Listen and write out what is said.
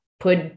put